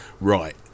right